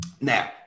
Now